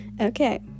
Okay